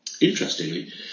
Interestingly